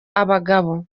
abagabo